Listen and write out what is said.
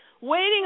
Waiting